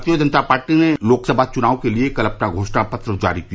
भारतीय जनता पार्टी ने लोकसभा चुनाव के लिए कल अपना घोषणा पत्र जारी किया